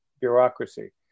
bureaucracy